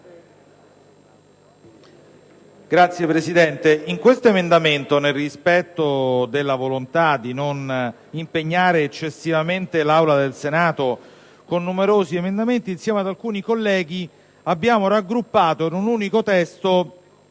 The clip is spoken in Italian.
Signora Presidente, nel rispetto della volontà di non impegnare eccessivamente l'Aula del Senato con numerosi emendamenti, insieme ad alcuni colleghi abbiamo raggruppato in un unico testo